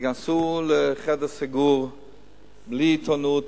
תיכנסו לחדר סגור בלי עיתונות,